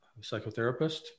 psychotherapist